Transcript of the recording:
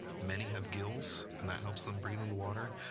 many have gills and that helps them breathe in the water.